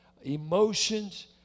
emotions